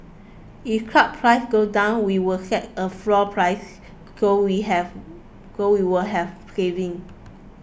if crude prices go down we will set a floor price so we have so we will have savings